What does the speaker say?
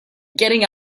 getting